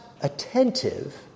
attentive